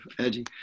edgy